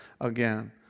again